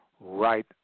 right